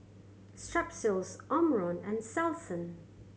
Strepsils Omron and Selsun